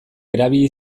erabili